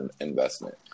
investment